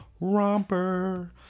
romper